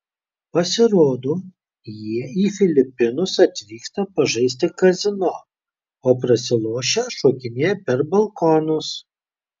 pasirodo jie į filipinus atvyksta pažaisti kazino o prasilošę šokinėja per balkonus